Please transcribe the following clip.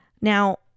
Now